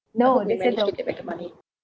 no they said no